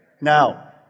Now